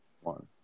One